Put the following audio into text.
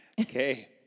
Okay